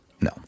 No